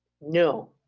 No